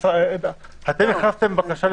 אתם הכנסתם בקשה,